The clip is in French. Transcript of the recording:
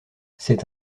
cet